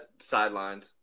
sidelined